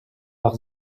leur